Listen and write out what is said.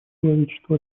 человечество